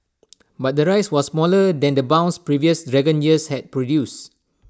but the rise was smaller than the bounce previous dragon years had produced